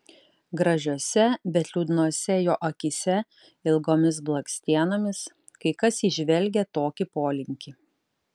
gražiose bet liūdnose jo akyse ilgomis blakstienomis kai kas įžvelgia tokį polinkį